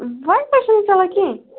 کِہیٖنٛۍ